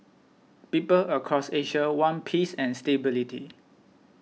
people across Asia want peace and stability